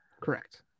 Correct